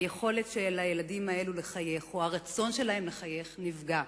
היכולת של הילדים האלו לחייך או הרצון שלהם לחייך נפגע.